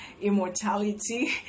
immortality